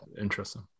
Interesting